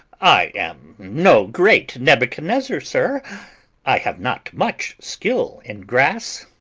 i am no great nebuchadnezzar, sir i have not much skill in grass.